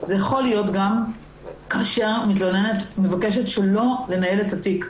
זה יכול להיות גם כאשר המתלוננת מבקשת שלא לנהל את התיק.